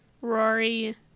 rory